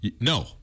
No